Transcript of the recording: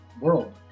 world